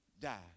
die